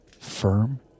firm